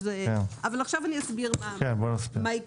עכשיו אני אסביר מה הקראתי.